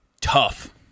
tough